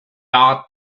ought